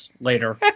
Later